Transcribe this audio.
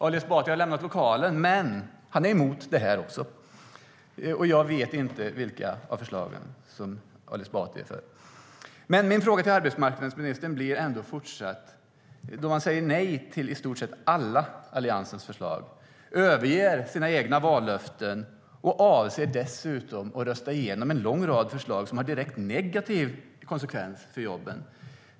Ali Esbati har lämnat lokalen, men han är emot det här också. Jag vet inte vilka av förslagen som Ali Esbati är för. Min fråga till arbetsmarknadsministern kvarstår. Ni säger nej till i stort sett alla Alliansens förslag, överger era egna vallöften och avser dessutom att rösta igenom en lång rad förslag som har direkt negativa konsekvenser för jobben.